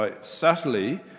subtly